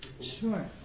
Sure